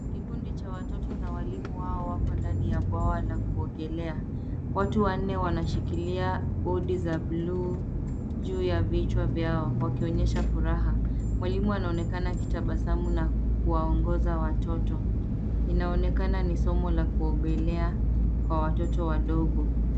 Kikundi cha watoto na walimu wao wako ndani ya bwawa la kuogelea. Watu wanne wanashikilia bodi za blue juu ya vichwa vyao wakionyesha furaha. Walimu wanaonekana wakitabasamu na kuwaongoza watoto. Inaonekana ni somo la kuogelea kwa watoto wadogo.